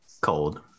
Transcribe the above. cold